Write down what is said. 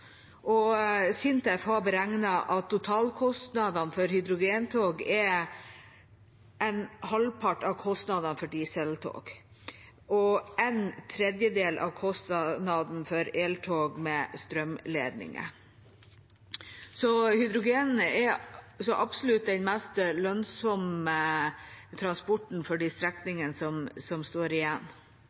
at totalkostnadene for hydrogentog er halvparten av kostnadene for dieseltog og en tredjedel av kostnadene for eltog med strømledninger, så hydrogen er så absolutt den mest lønnsomme transporten for de strekningene som står igjen.